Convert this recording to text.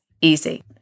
easy